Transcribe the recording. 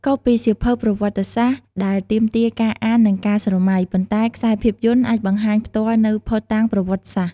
ខុសពីសៀវភៅប្រវត្តិសាស្ត្រដែលទាមទារការអាននិងការស្រមៃ ប៉ុន្តែខ្សែភាពយន្តអាចបង្ហាញផ្ទាល់នូវភស្តុតាងប្រវត្តិសាស្ត្រ។